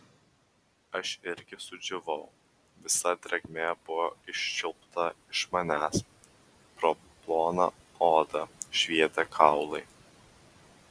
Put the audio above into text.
aš irgi sudžiūvau visa drėgmė buvo iščiulpta iš manęs pro ploną odą švietė kaulai